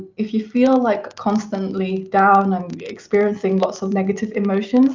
if you feel like constantly down and experiencing lots of negative emotions